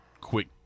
quick